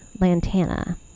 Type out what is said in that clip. lantana